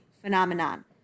phenomenon